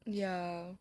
ya